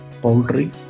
poultry